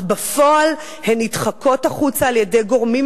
אך בפועל הן נדחקות החוצה על-ידי גורמים